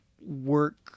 work